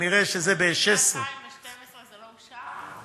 כנראה זה 2016. מ-2012 זה לא אושר?